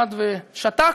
עמד ושתק.